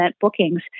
bookings